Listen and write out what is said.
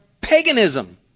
paganism